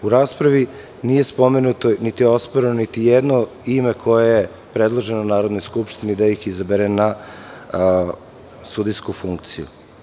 U raspravi nije spomenuto niti osporeno niti jedno ime koje je predloženo Narodnoj skupštini da ih izabere ne sudijsku funkciju.